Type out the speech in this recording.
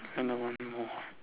another one more